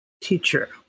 teacher